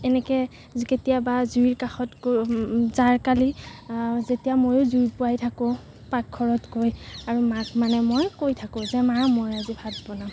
এনেকৈ কেতিয়াবা জুইৰ কাষত গৈ জাৰকালি যেতিয়া মইও জুই পুৱাই থাকো পাকঘৰত গৈ আৰু মাক মানে মই কৈ থাকো যে মা মই আজি ভাত বনাম